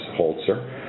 Holzer